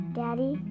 daddy